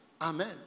Amen